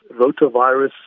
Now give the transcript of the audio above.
rotavirus